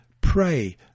pray